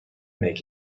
make